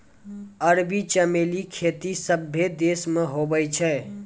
अरबी चमेली खेती सभ्भे देश मे हुवै छै